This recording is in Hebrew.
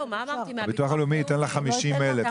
הביטוח הלאומי יתן לך 50 אלף,